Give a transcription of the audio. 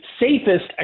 safest